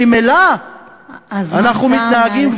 שממילא אנחנו מתנהגים,